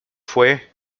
fue